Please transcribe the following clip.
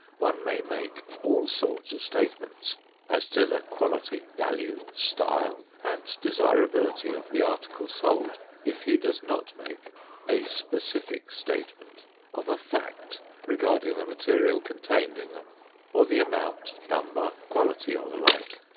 one may make all sorts of statements as to the quality, value, style and desirability of the article sold, if he does not make a specific statement of a fact regarding the material contained in them or the amount, number, quality or the like.